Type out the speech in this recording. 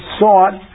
sought